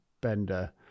bender